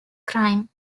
crime